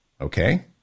Okay